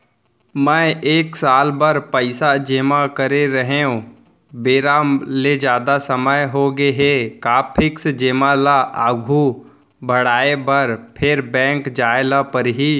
मैं एक साल बर पइसा जेमा करे रहेंव, बेरा ले जादा समय होगे हे का फिक्स जेमा ल आगू बढ़ाये बर फेर बैंक जाय ल परहि?